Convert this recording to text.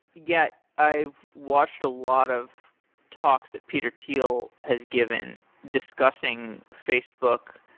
yet, i've watched a lot of talks that peter thiel has given discussing facebook.